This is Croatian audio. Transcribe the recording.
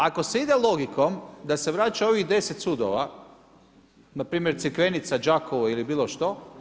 Ako se ide logikom da se vraća ovih 10 sudova, npr. Crikvenica, Đakovo ili bilo što.